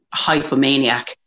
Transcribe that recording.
hypomaniac